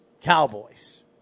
Cowboys